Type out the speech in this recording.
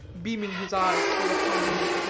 beaming his eyes full upon him,